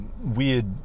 weird